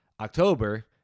October